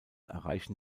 erreichen